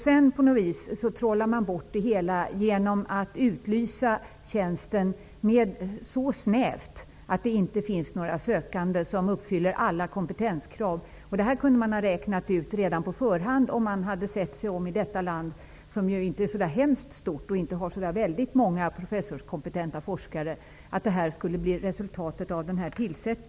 Sedan på något vis trollade man bort det hela genom att utlysa tjänsten så snävt att det inte finns några sökande som uppfyller alla kompetenskrav. Man kunde ha räknat ut redan på förhand, om man hade sett sig om i detta land, som ju inte är så där hemskt stort och inte har så där väldigt många professorskompetenta forskare, att det skulle bli resultatet.